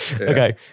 okay